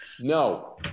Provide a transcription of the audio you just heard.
No